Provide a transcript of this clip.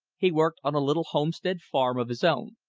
he worked on a little homestead farm of his own.